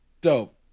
Dope